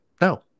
no